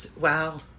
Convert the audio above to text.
Wow